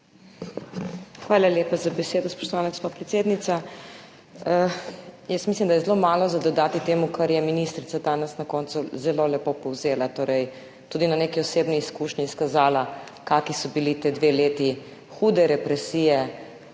Hvala lepa za besedo, spoštovana gospa predsednica. Jaz mislim, da je zelo malo za dodati temu, kar je ministrica danes na koncu zelo lepo povzela, torej tudi na neki osebni izkušnji izkazala, kakšni sta bili ti dve leti hude represije,